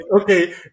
okay